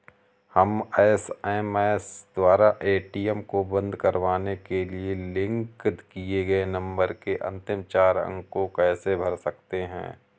हम एस.एम.एस द्वारा ए.टी.एम को बंद करवाने के लिए लिंक किए गए नंबर के अंतिम चार अंक को कैसे भर सकते हैं?